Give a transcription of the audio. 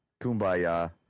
Kumbaya